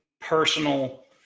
personal